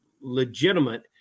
legitimate